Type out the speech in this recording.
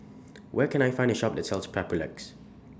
Where Can I Find A Shop that sells Papulex